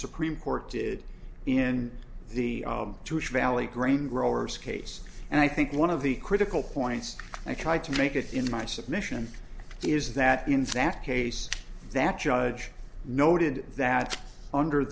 supreme court did in the jewish valley grain growers case and i think one of the critical points i tried to make it in my submission is that in that case that judge noted that under